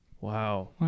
Wow